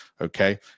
okay